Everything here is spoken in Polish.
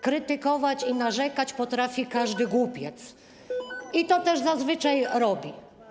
Krytykować i narzekać potrafi każdy głupiec i to też zazwyczaj robi.